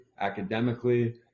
academically